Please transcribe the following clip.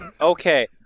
Okay